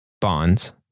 bonds